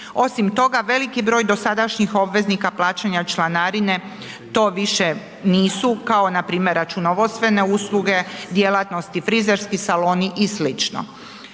Osim toga, veliki broj dosadašnjih obveznika plaćanja članarine to više nisu kao npr. računovodstvene usluge, djelatnosti, frizerski saloni i